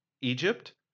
Egypt